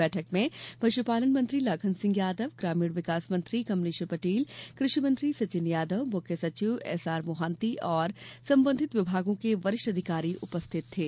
बैठक में पशुपालन मंत्री लाखन सिंह यादव ग्रामीण विकास मंत्री कमलेश्वर पटेल कृषि मंत्री सचिन यादव मुख्य सचिव एसआर मोहंती और संबंधित विभागों के वरिष्ठ अधिकारी उपस्थित थे